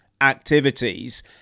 activities